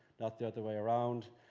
not the other way around.